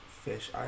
fish